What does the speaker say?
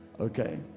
okay